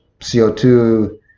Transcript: CO2